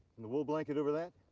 and the wool blanket over that?